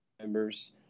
members